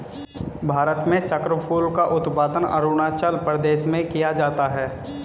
भारत में चक्रफूल का उत्पादन अरूणाचल प्रदेश में किया जाता है